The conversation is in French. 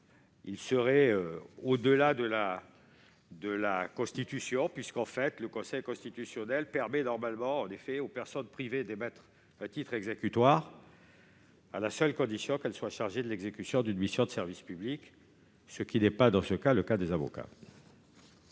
serait peut-être inconstitutionnel. En effet, le Conseil constitutionnel permet normalement aux personnes privées d'émettre un titre exécutoire à la seule condition qu'elles soient chargées de l'exécution d'une mission de service public, ce qui n'est pas le cas des avocats.